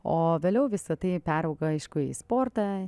o vėliau visa tai peraugo aišku į sportą